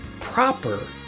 Proper